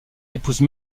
épouse